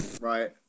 right